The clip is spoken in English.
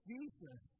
Jesus